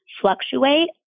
fluctuate